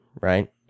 right